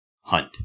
hunt